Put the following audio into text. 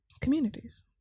communities